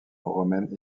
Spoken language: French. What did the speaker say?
romaines